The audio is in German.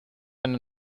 eine